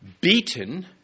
beaten